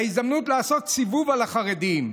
ההזדמנות לעשות סיבוב על החרדים.